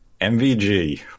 MVG